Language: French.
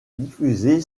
diffusée